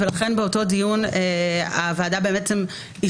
ולכן באותו דיון הוועדה אישרה,